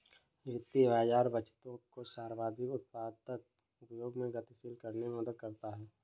वित्तीय बाज़ार बचतों को सर्वाधिक उत्पादक उपयोगों में गतिशील करने में मदद करता है